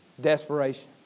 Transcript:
Desperation